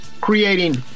creating